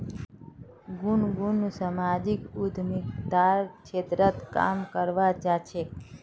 गुनगुन सामाजिक उद्यमितार क्षेत्रत काम करवा चाह छेक